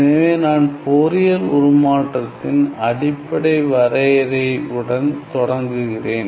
எனவே நான் ஃபோரியர் உருமாற்றத்தின் அடிப்படை வரையறை உடன் தொடங்குகிறேன்